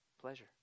pleasure